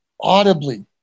audibly